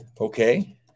Okay